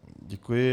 Děkuji.